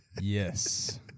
Yes